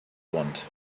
want